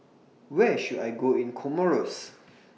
Where should I Go in Comoros